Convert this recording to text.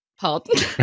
Pardon